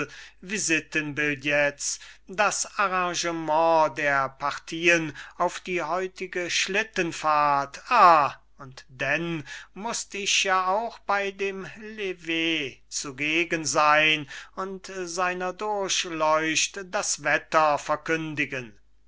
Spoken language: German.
geschäfte der küchenzettel visitenbillets das arrangement der partieen auf die heutige schlittenfahrt ah und dann mußt ich ja auch bei dem lever zugegen sein und seiner durchleucht das wetter verkündigen